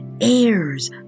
heirs